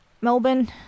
Melbourne